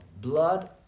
Blood